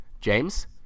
James